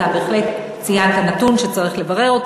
אתה בהחלט ציינת נתון שצריך לברר אותו.